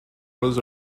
was